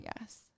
Yes